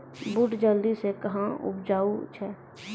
बूट जल्दी से कहना उपजाऊ छ?